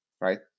right